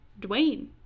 Dwayne